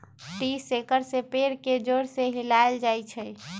tree shaker से पेड़ के जोर से हिलाएल जाई छई